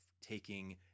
taking